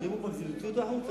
אם הוא מגזים, תוציא אותו החוצה.